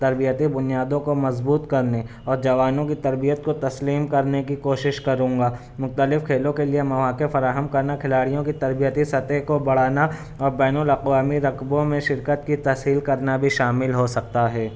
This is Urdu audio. تربیتی بنیادوں کو مضبوط کرنے اور جوانوں کی تربیت کو تسلیم کرنے کی کوشش کروں گا مختلف کھیلوں کے لیے مواقع فراہم کرنا کھلاڑیوں کی تربیتی سطح کو بڑھانا اور بین الاقوامی رقبوں میں شرکت کی تسہیل کرنا بھی شامل ہو سکتا ہے